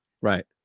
Right